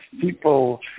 people